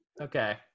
Okay